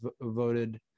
voted